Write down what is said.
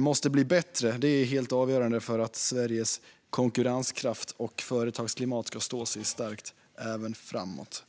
måste bli bättre. Det är helt avgörande för att Sveriges konkurrenskraft och företagsklimat ska stå sig starkt även framgent.